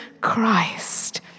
Christ